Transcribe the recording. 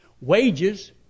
Wages